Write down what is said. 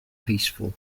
peaceful